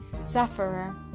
sufferer